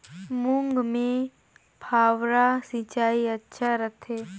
मूंग मे फव्वारा सिंचाई अच्छा रथे?